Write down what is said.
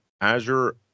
Azure